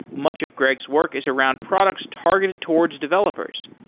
much of greg's work is around products targeted towards developers.